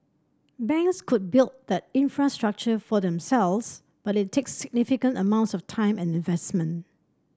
banks could build that infrastructure for themselves but it takes significant amounts of time and investment